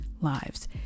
lives